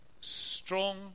strong